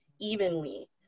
evenly